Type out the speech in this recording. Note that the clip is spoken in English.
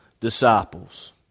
disciples